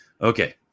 Okay